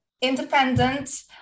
independent